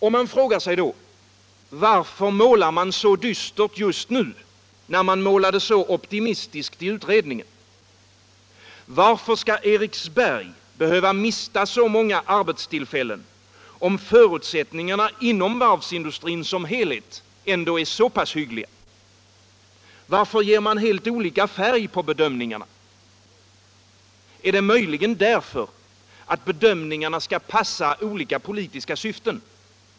Då blir frågan: Varför målar man så dystert just nu, när man målade så optimistiskt i utredningen? Varför skall Eriksberg behöva mista så många arbetstillfällen om förutsättningarna inom varvsindustrin som helhet ändå är så pass hyggliga? Varför ger man så helt olika färg åt bedömningarna? Är det möjligen därför att bedömningarna skall passa helt olika politiska syften?